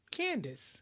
Candice